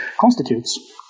constitutes